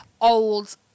old